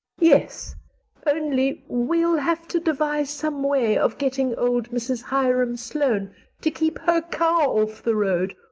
yes only we'll have to devise some way of getting old mrs. hiram sloane to keep her cow off the road,